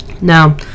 now